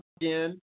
again